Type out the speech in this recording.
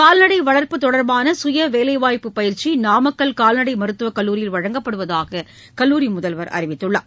கால்நடை வள்ப்பு தொடர்பான கய வேலைவாய்ப்பு பயிற்சி நாமக்கல் கால்நடை மருத்துவக் கல்லூரியில் வழங்கப்படுவதாக கல்லூரி முதல்வர் அறிவித்துள்ளார்